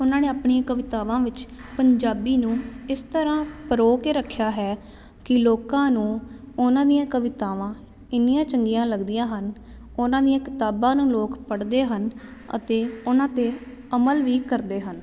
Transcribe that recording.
ਉਹਨਾਂ ਨੇ ਆਪਣੀਆਂ ਕਵਿਤਾਵਾਂ ਵਿੱਚ ਪੰਜਾਬੀ ਨੂੰ ਇਸ ਤਰ੍ਹਾਂ ਪਰੋ ਕੇ ਰੱਖਿਆ ਹੈ ਕਿ ਲੋਕਾਂ ਨੂੰ ਉਹਨਾਂ ਦੀਆਂ ਕਵਿਤਾਵਾਂ ਇੰਨੀਆਂ ਚੰਗੀਆਂ ਲੱਗਦੀਆਂ ਹਨ ਉਹਨਾਂ ਦੀਆਂ ਕਿਤਾਬਾਂ ਨੂੰ ਲੋਕ ਪੜ੍ਹਦੇ ਹਨ ਅਤੇ ਉਹਨਾਂ 'ਤੇ ਅਮਲ ਵੀ ਕਰਦੇ ਹਨ